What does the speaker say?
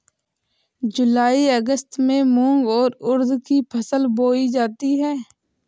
जूलाई अगस्त में मूंग और उर्द की फसल बोई जाती है